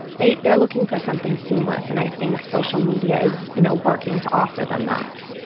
they they are looking for something seamless, and i think social media is you know working to offer them that.